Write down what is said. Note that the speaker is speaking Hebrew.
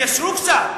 תתיישרו קצת.